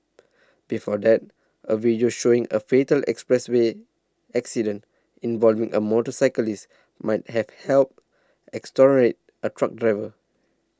before that a video showing a fatal expressway accident involving a motorcyclist might have helped exonerate a truck driver